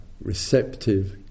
receptive